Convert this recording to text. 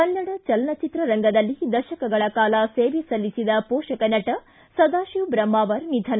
ಕನ್ನಡ ಚಲನ ಚಿತ್ರರಂಗದಲ್ಲಿ ದಶಕಗಳ ಕಾಲ ಸೇವೆ ಸಲ್ಲಿಸಿದ ಮೋಷಕ ನಟ ಸದಾಶಿವ ಬ್ರಹ್ಮಾವರ್ ನಿಧನ